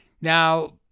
Now